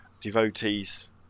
devotees